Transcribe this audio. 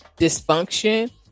dysfunction